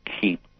keep